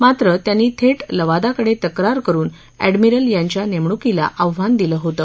मात्र त्यांनी थेट लवादाकडे तक्रार करुन अद्यामिरल यांच्या नेमणुकीला आव्हान दिलं होतं